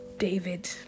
David